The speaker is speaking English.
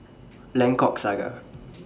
Lengkok Saga